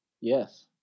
yes